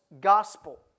gospel